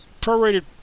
prorated